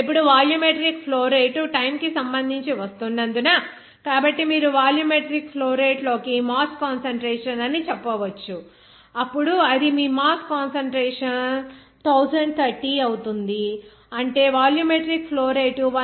ఇప్పుడు volumetric flow rate time కి సంబంధించి వస్తున్నందున కాబట్టి మీరు వాల్యూమెట్రిక్ ఫ్లో రేటు లోకి మాస్ కాన్సంట్రేషన్ అని చెప్పవచ్చు అప్పుడు అది మీ మాస్ కాన్సంట్రేషన్ 1030 అవుతుంది అంటే వాల్యూమెట్రిక్ ఫ్లో రేటు 1